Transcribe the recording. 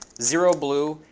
zero blue,